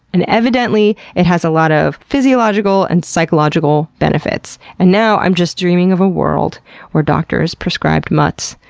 and evidently, it has a lot of physiological and psychological benefits. and now i'm just dreaming of a world where doctors prescribe mutts,